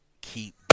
keep